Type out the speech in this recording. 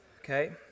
okay